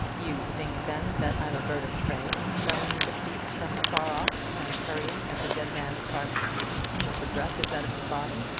you think, then, that i'm a bird of prey, smelling the feast from afar off, and hurrying at the dead man's carcase as soon as the breath is out of his body?